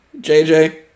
JJ